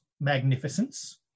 magnificence